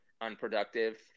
unproductive